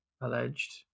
alleged